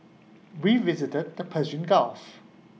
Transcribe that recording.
we visited the Persian gulf